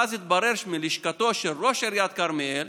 ואז התברר מלשכתו של ראש עיריית כרמיאל